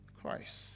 Christ